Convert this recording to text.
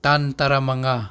ꯇꯥꯡ ꯇꯔꯥ ꯃꯉꯥ